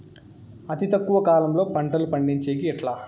అతి తక్కువ కాలంలో పంటలు పండించేకి ఎట్లా?